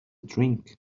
drink